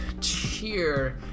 cheer